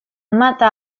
mata